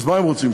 אז מה הם רוצים,